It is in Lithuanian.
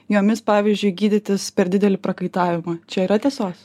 jomis pavyzdžiui gydytis per didelį prakaitavimą čia yra tiesos